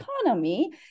economy